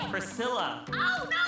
Priscilla